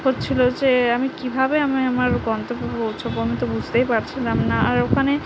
হচ্ছিল যে আমি কীভাবে আমি আমার গন্তব্যে পৌঁছবো আমি তো বুঝতেই পারছিলাম না আর ওখানে